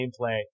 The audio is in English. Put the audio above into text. gameplay